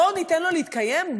בואו ניתן לו להתקיים.